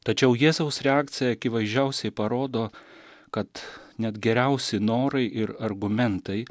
tačiau jėzaus reakcija akivaizdžiausiai parodo kad net geriausi norai ir argumentai